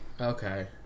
okay